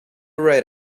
right